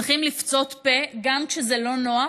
צריכים לפצות פה, גם כשזה לא נוח,